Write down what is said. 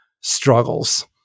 struggles